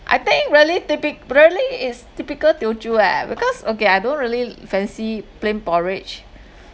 I think really typi~ really is typical teochew eh because okay I don't really l~ fancy plain porridge